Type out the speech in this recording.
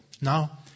Now